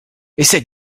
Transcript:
essaie